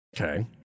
okay